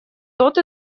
тот